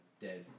dead